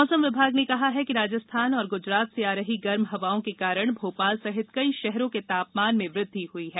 मौसम विभाग ने कहा है कि राजस्थान और गुजरात से आ रही गर्म हवाओं के कारण भोपाल सहित कई शहरों के तापमान में वृद्धि हुई है